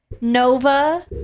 Nova